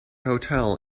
hotel